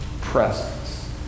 presence